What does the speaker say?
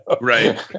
Right